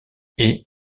est